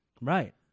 Right